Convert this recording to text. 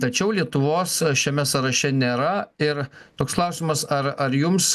tačiau lietuvos šiame sąraše nėra ir toks klausimas ar ar jums